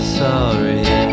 sorry